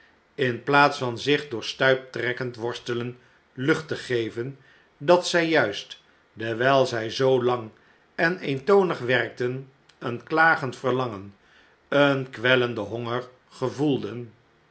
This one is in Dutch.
in plaats van zich door stuiptrekkend worstelen lucht te geven dat zij juist dewijl zij zoo lang en eentonig werkten eenklagend verlangen een kwellenden honger gevoelden